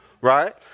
Right